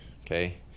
okay